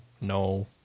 No